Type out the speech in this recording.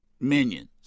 minions